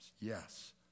Yes